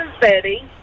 Betty